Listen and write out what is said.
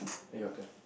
eh your turn